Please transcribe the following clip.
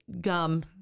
gum